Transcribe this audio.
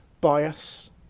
bias